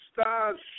star's